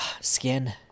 Skin